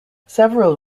several